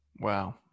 Wow